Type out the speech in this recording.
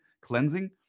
cleansing